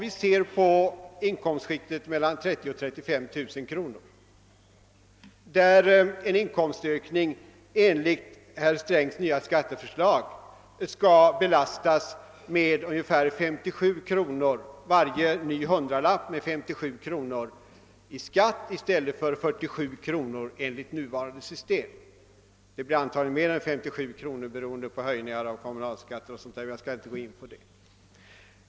I inkomtskiktet mellan 30000 och 35 000 kronor för gift man med hemmafru kommer enligt herr Strängs nya skatteförslag varje inkomstökning på 100 kronor att belastas med 57 kronor i skatt i stället för 47 kronor enligt nuvarande system. Det blir antagligen mer än 57 kronor, beroende på höjningar av kommunalskatter och sådant, men jag skall inte gå in på det.